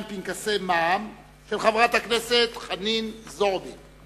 ומפעם לפעם חברי הכנסת מקבלים הזדמנות לשאול שאלות,